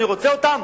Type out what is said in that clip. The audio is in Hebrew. אני רוצה אותם?